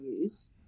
use